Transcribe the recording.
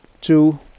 two